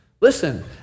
Listen